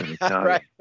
Right